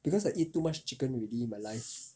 because I eat too much chicken already in my life